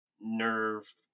nerve